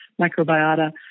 microbiota